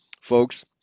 Folks